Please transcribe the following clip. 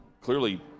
clearly